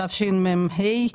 התשמ"ה - 1985,